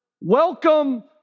welcome